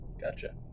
Gotcha